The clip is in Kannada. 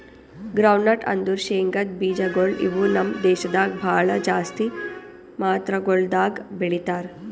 ಗ್ರೌಂಡ್ನಟ್ ಅಂದುರ್ ಶೇಂಗದ್ ಬೀಜಗೊಳ್ ಇವು ನಮ್ ದೇಶದಾಗ್ ಭಾಳ ಜಾಸ್ತಿ ಮಾತ್ರಗೊಳ್ದಾಗ್ ಬೆಳೀತಾರ